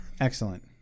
Excellent